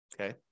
Okay